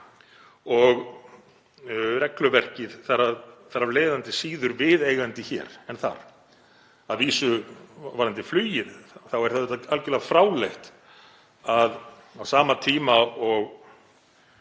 og regluverkið þar af leiðandi síður viðeigandi hér en þar. Varðandi flugið þá er það auðvitað algerlega fráleitt að á sama tíma og